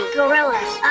Gorillas